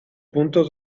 puntos